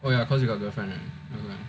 oh ya cause you got girlfriend right